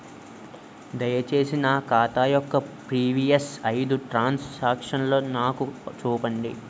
దయచేసి నా ఖాతా యొక్క ప్రీవియస్ ఐదు ట్రాన్ సాంక్షన్ నాకు చూపండి